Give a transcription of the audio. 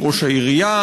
עם ראש העירייה,